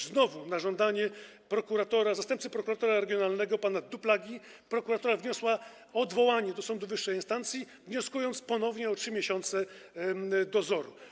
Znowu na żądanie zastępcy prokuratora regionalnego pana Duplagi prokuratura wniosła o odwołanie do sądu wyższej instancji, wnioskując ponownie o 3 miesiące dozoru.